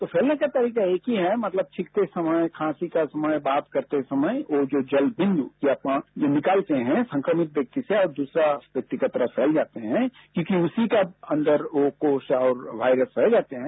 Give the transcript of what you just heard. तो फैलने का तारीका एक ही है मतलब छीखते समय खांसी के समय बात करते समय ओ जो जल बिन्दु जो लिकालते है संक्रमित व्यक्ति से और दुसरे व्यक्ति की तरफ फैल जाते हैं क्योंकि उसी का अंदर ओ कोस और वायरस पाये जाते हैं